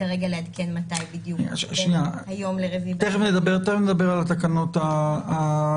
כרגע לעדכן מתי בדיוק בין היום לרביעי --- תכף נדבר על התקנות החדשות.